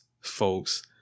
folks